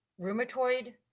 rheumatoid